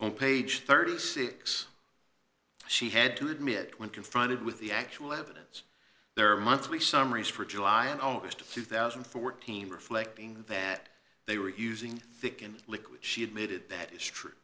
on page thirty six she had to admit when confronted with the actual evidence there were months we summaries for july and august of two thousand and fourteen reflecting that they were using thick and liquid she admitted that is true